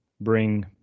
bring